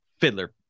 Fiddler